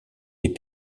les